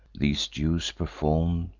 these dues perform'd,